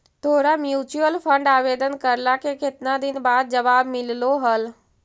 तोरा mutual fund आवेदन करला के केतना दिन बाद जवाब मिललो हल?